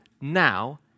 now